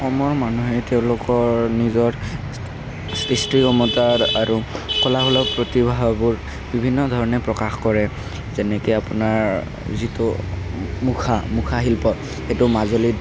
অসমৰ মানুহে তেওঁলোকৰ নিজৰ সৃষ্টি ক্ষমতাৰ আৰু কলাসুলভ প্ৰতিভাবোৰ বিভিন্ন ধৰণে প্ৰকাশ কৰে যেনেকৈ আপোনাৰ যিটো মুখা মুখাশিল্প সেইটো মাজুলীত